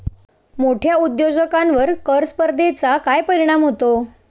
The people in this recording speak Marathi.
मोठ्या उद्योजकांवर कर स्पर्धेचा काय परिणाम होतो?